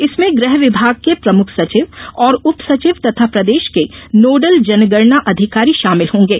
इसमें गृह विभाग के प्रमुख सचिव और उपसचिव तथा प्रदेश के नोडेल जनगणना अधिकारी शामिल होंगे